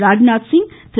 Rajnath Singh Thiru